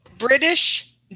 British